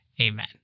Amen